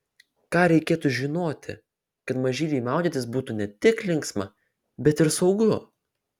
ką reikėtų žinoti kad mažyliui maudytis būtų ne tik linksma bet ir saugu